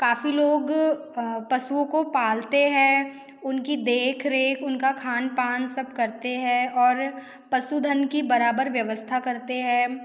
काफ़ी लोग पशुओं को पालते हैं उनकी देख रेख उनका खान पान सब करते हैं और पशुधन की बराबर व्यवस्था करते हैं